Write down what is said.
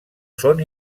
són